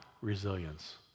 resilience